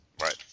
Right